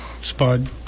spud